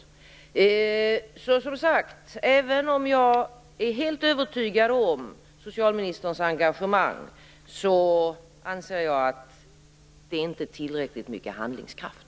Även om jag, som sagt, är helt övertygad om socialministerns engagemang, anser jag att det inte har visats tillräcklig handlingskraft.